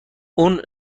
اون